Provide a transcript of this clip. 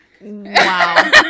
Wow